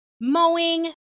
mowing